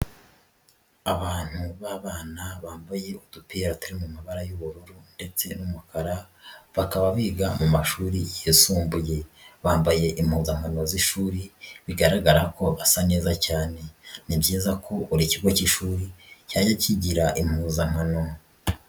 Abantu b'abana bambaye udupira turi mu mabara y'ubururu ndetse n'umukara bakaba biga mu mashuri yisumbuye, bambaye impukankano z'ishuri bigaragara ko basa neza cyane, ni byiza ko buri kigo k'ishuri cyajya kigira impuzankano.